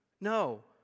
No